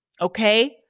okay